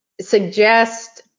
suggest